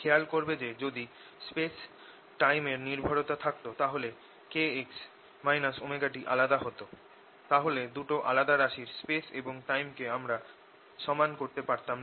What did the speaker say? খেয়াল করবে যে যদি স্পেস টাইম এর নির্ভরতা থাকতো তাহলে kx ωt আলাদা হোতো তাহলে দুটো আলাদা রাশির স্পেস এবং টাইম কে আমরা সমান করতে পারতাম না